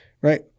right